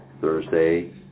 Thursday